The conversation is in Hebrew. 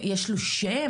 יש לו שם?